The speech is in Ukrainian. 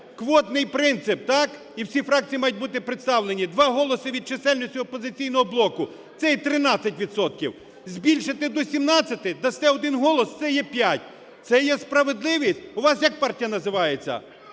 квотний принцип, так, і всі фракції мають бути представлені. 2 голоси від чисельності "Опозиційного блоку" - це є 13 відсотків. Збільшите до 17, дасте один голос - це є 5. Це є справедливість? У вас як партія називається?